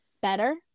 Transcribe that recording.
better